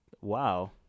Wow